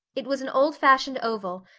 it was an old-fashioned oval,